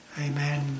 Amen